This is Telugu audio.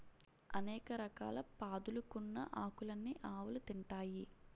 అనేక రకాల పాదులుకున్న ఆకులన్నీ ఆవులు తింటాయి